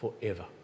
forever